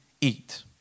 eat